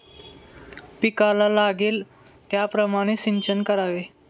पिकाला लागेल त्याप्रमाणे सिंचन करावे